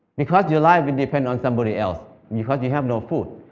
because your life depends on somebody else. because you have no food.